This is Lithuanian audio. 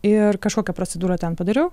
ir kažkokią procedūrą ten padariau